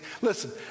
Listen